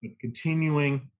continuing